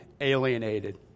alienated